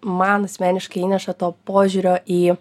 man asmeniškai įneša to požiūrio į